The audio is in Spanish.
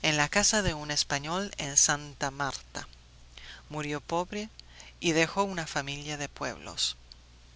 en la casa de un español en santa marta murió pobre y dejó una familia de pueblos